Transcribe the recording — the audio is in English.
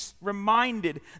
reminded